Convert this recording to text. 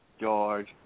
George